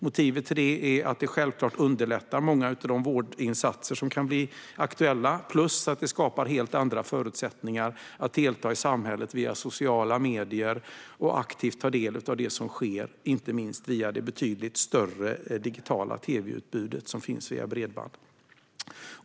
Motivet till denna är att det självklart underlättar många av de vårdinsatser som kan bli aktuella plus att det skapar helt andra förutsättningar att delta i samhället via sociala medier och aktivt ta del av det som sker, inte minst genom det betydligt större digitala tv-utbud som finns via bredband.